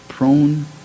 prone